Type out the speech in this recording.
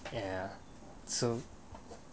ya so